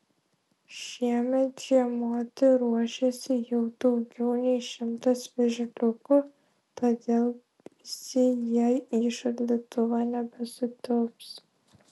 šiemet žiemoti ruošiasi jau daugiau nei šimtas vėžliukų todėl visi jie į šaldytuvą nebesutilps